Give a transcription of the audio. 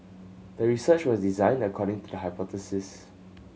the research was designed according to the hypothesis